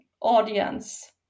audience